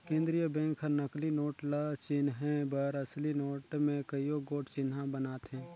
केंद्रीय बेंक हर नकली नोट ल चिनहे बर असली नोट में कइयो गोट चिन्हा बनाथे